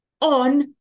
on